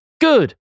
Good